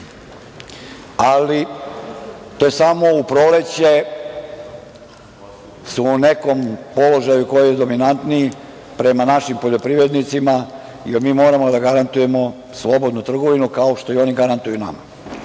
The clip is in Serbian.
ali to je samo u proleće. Tada su u nekom položaju koji je dominantniji prema našim poljoprivrednicima, jer mi moramo da garantujemo slobodno trgovinu kao što i oni garantuju